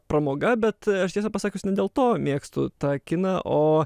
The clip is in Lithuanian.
pramoga bet aš tiesą pasakius ne dėl to mėgstu tą kiną o